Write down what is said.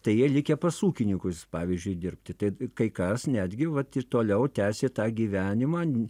tai jie likę pas ūkininkus pavyzdžiui dirbti tai kai kas netgi vat ir toliau tęsė tą gyvenimą